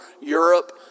europe